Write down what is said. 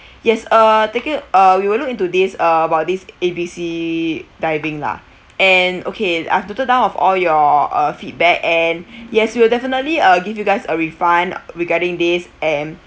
yes uh ticket uh we will look into this uh about this A B C diving lah and okay I have jotted down of all your uh feedback and yes we will definitely uh give you guys a refund regarding this and